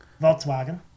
Volkswagen